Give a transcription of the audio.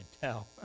tell